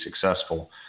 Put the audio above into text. successful